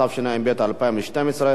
התשע"ב 2012,